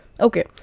Okay